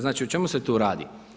Znači o čemu se tu radi?